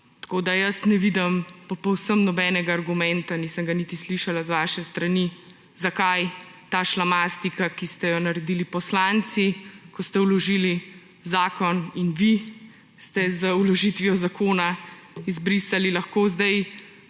zakona. Tako ne vidim povsem nobenega argumenta, nisem ga niti slišala z vaše strani, zakaj ta šlamastika, ki ste jo naredili poslanci, ko ste vložili zakon, in vi ste z vložitvijo zakona izbrisali. Lahko zdaj